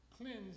Cleanse